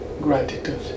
gratitude